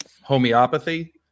homeopathy